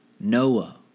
Noah